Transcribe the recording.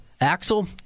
Axel